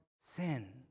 sin